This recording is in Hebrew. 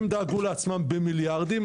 הם דאגו לעצמם במיליארדים,